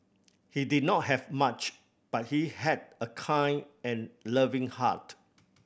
he did not have much but he had a kind and loving heart